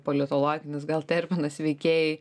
politologinis gal terminas veikėjai